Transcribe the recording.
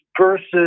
versus